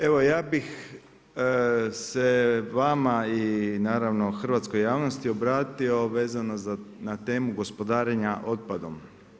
Evo ja bih se vama i naravno hrvatskoj javnosti obratio vezano na temu gospodarenja otpadom.